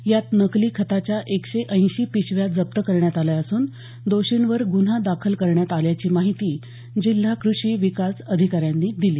यात नकली खताच्या एकशे ऐंशी पिशव्या जप्त करण्यात आल्या असून दोषींवर गुन्हा दाखल करण्यात आल्याची माहिती जिल्हा कृषी विकास अधिकाऱ्यांनी दिली